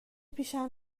پیشم